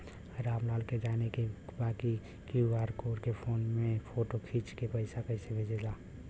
राम लाल के जाने के बा की क्यू.आर कोड के फोन में फोटो खींच के पैसा कैसे भेजे जाला?